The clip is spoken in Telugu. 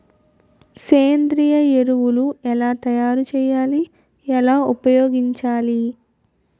సేంద్రీయ ఎరువులు ఎలా తయారు చేయాలి? ఎలా ఉపయోగించాలీ?